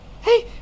hey